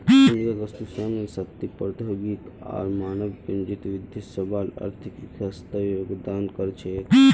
पूंजीगत वस्तु, श्रम शक्ति, प्रौद्योगिकी आर मानव पूंजीत वृद्धि सबला आर्थिक विकासत योगदान कर छेक